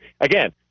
again